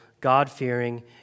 God-fearing